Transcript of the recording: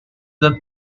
the